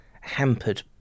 hampered